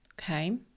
Okay